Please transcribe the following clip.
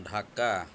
Dhaka